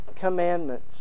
commandments